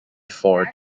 ford